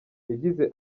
yagize